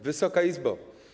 Wysoka Izbo!